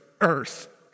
Earth